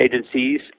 agencies